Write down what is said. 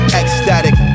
ecstatic